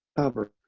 cover